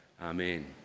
Amen